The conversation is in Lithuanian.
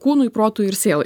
kūnui protui ir sielai